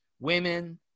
women